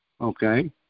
okay